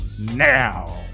now